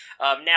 Now